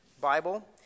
Bible